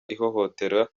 ihohotera